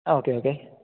ആ okay okay